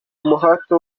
umuhate